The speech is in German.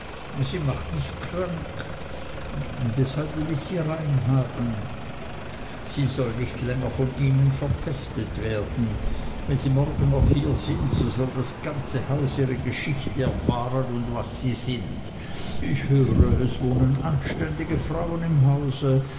sie macht mich krank deshalb will ich sie rein haben sie soll nicht länger von ihnen verpestet werden wenn sie morgen noch hier sind so soll das ganze haus ihre geschichte erfahren und was sie sind ich höre es wohnen anständige frauen im hause